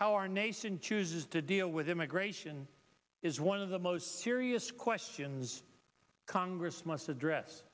how our nation chooses to deal with immigration is one of the most serious questions congress must address